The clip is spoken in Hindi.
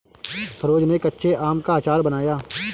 सरोज ने कच्चे आम का अचार बनाया